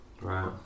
right